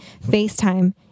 FaceTime